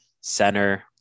Center